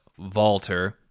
Valter